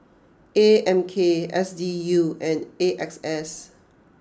A M K S D U and A X S